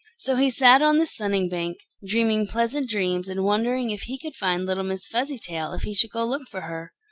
so he sat on the sunning-bank, dreaming pleasant dreams and wondering if he could find little miss fuzzytail if he should go look for her.